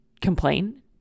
complain